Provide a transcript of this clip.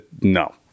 no